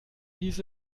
hieß